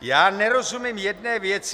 Já nerozumím jedné věci.